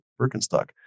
Birkenstock